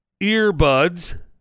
earbuds